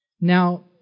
Now